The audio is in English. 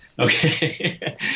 Okay